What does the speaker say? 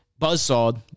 buzzsawed